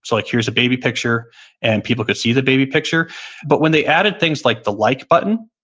so, like here's a baby picture and people could see the baby picture but when they added things like the like button,